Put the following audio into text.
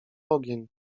ogień